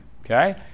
Okay